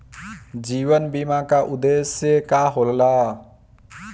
जीवन बीमा का उदेस्य का होला?